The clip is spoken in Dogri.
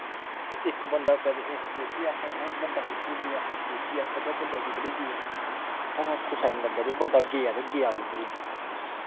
इक बंदा कदें इक उसी आक्खै भैं बंदा कुद्धरै ई गेआ इक उसी आक्खै भैं बंदा कुद्धरै ई गेआ पता कुसै ई निं लग्गै भाई बंदा गेआ ते गेआ कुद्धरै ई